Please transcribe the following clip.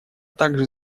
также